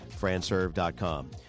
Franserve.com